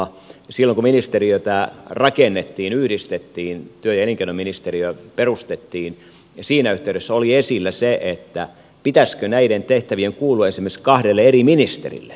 silloin kun ministeriötä rakennettiin yhdistettiin työ ja elinkeinoministeriö perustettiin siinä yhteydessä oli esillä se pitäisikö näiden tehtävien kuulua esimerkiksi kahdelle eri ministerille